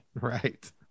right